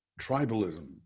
tribalism